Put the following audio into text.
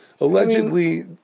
Allegedly